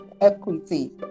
equity